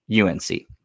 UNC